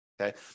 Okay